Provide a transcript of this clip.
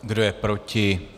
Kdo je proti?